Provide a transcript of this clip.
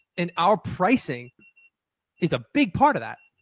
and our pricing is a big part of that.